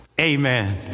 amen